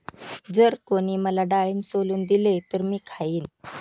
जर कोणी मला डाळिंब सोलून दिले तर मी खाईन